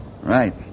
Right